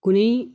कुनै